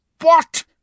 What